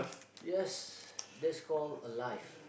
yes that's call alive